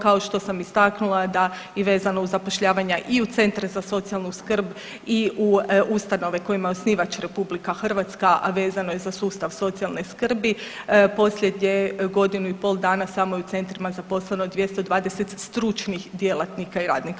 Kao što sam istaknula da i vezano uz zapošljavanja i u centre za socijalnu skrbi i u ustanove kojima je osnivač RH, a vezano je za sustav socijalne skrbi posljednje godinu i pol dana samo je u centrima zaposleno 220 stručnih djelatnika i radnika.